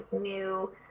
new